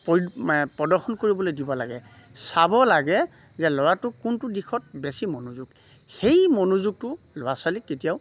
প্ৰদৰ্শন কৰিবলৈ দিব লাগে চাব লাগে যে ল'ৰাটো কোনটো দিশত বেছি মনোযোগ সেই মনোযোগটো ল'ৰা ছোৱালীক কেতিয়াও